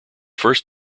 first